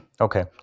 Okay